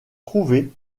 trouvée